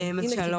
אז הנה עדי,